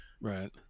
right